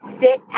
sit